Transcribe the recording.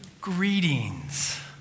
greetings